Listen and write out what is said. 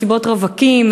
מסיבות רווקים,